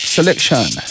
Selection